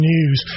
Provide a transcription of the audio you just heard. News